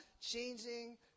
Changing